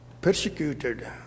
persecuted